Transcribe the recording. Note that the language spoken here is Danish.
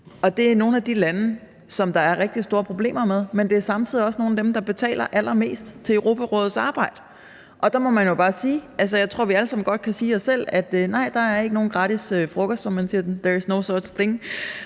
det er nogle af de lande, som der er rigtig store problemer med, men det er samtidig også nogle af dem, der betaler allermest til Europarådets arbejde. Og der må man jo bare sige – det tror jeg vi alle sammen godt kan sige